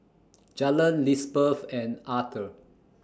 Jalen Lizbeth and Arther